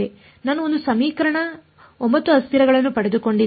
ನಾನು ಒಂದು ಸಮೀಕರಣ 9 ಅಸ್ಥಿರಗಳನ್ನು ಪಡೆದುಕೊಂಡಿದ್ದೇನೆ